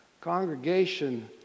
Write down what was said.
Congregation